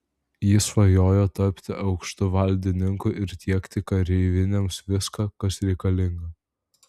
jis svajojo tapti aukštu valdininku ir tiekti kareivinėms viską kas reikalinga